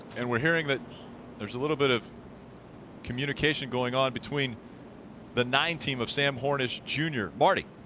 and we are hearing that there is a little bit of communication going on between the nine team of sam hornish jr. marty?